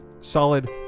solid